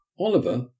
Oliver